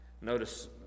Notice